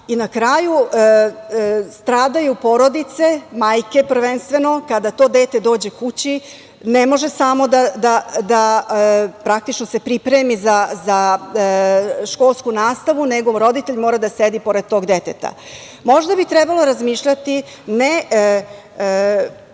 kraju, stradaju porodice, majke prvenstveno kada to dete dođe kući, ne može samo da se pripremi za školsku nastavu, nego roditelj mora da sedi pored tog deteta. Možda bi trebalo razmišljati,